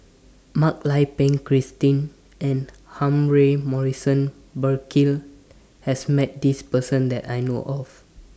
Mak Lai Peng Christine and Humphrey Morrison Burkill has Met This Person that I know of